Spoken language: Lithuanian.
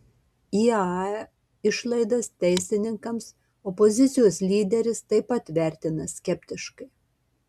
iae išlaidas teisininkams opozicijos lyderis taip pat vertina skeptiškai